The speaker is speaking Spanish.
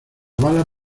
bala